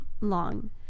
long